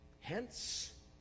Hence